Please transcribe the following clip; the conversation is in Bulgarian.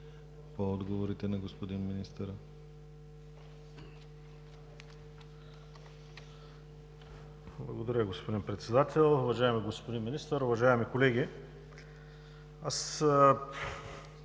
към отговорите на господин министъра.